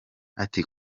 ati